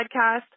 podcast